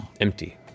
empty